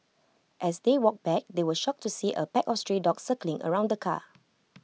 as they walked back they were shocked to see A pack of stray dogs circling around the car